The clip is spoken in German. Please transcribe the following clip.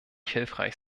hilfreich